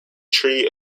tree